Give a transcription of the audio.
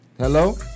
Hello